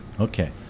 Okay